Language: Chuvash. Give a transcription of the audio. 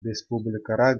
республикӑра